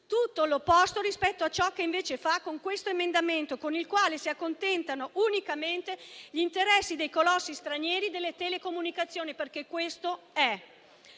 tutto l'opposto rispetto a ciò che invece fa con questo emendamento, con il quale si accontentano unicamente gli interessi dei colossi stranieri delle telecomunicazioni, perché questo è.